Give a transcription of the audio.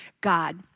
God